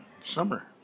summer